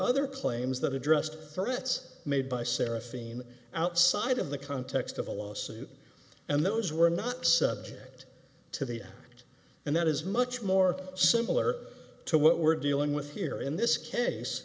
other claims that addressed threats made by sarah theme outside of the context of a lawsuit and those were not subject to the and that is much more similar to what we're dealing with here in this case